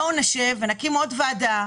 אז בואו נשב ונקים עוד ועדה,